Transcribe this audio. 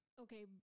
Okay